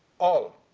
all,